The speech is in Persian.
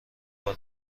بار